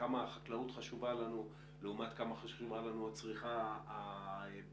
כמה החקלאות חשובה לנו לעומת כמה חשובה לנו הצריכה הביתית